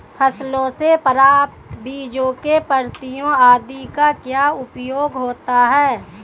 फसलों से प्राप्त बीजों पत्तियों आदि का क्या उपयोग होता है?